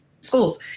schools